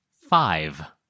Five